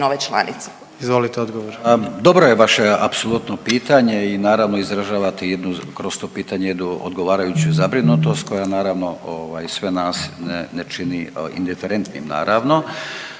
Radman, Gordan (HDZ)** Dobro je vaše apsolutno pitanje i naravno izražavate jednu, kroz to pitanje jednu odgovarajuću zabrinutost koja naravno ovaj sve nas ne čini indiferentnim, naravno.